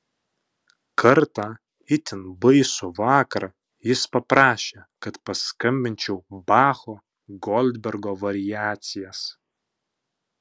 kartą itin baisų vakarą jis paprašė kad paskambinčiau bacho goldbergo variacijas